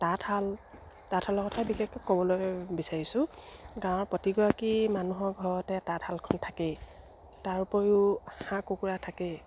তাঁতশাল তাঁতশালৰ কথা বিশেষকৈ ক'বলৈ বিচাৰিছোঁ গাঁৱৰ প্ৰতিগৰাকী মানুহৰ ঘৰতে তাঁতশালখন থাকেই তাৰ উপৰিও হাঁহ কুকুৰা থাকেই